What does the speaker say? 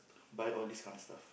buy all these kind of stuff